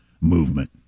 movement